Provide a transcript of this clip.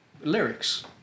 lyrics